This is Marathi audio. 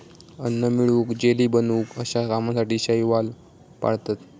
अन्न मिळवूक, जेली बनवूक अश्या कामासाठी शैवाल पाळतत